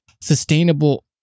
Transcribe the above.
sustainable